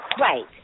Right